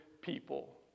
people